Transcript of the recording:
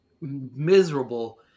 miserable